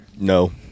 No